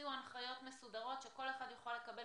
תוציאו הנחיות מסודרות שכל אחד יוכל לקבל